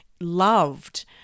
loved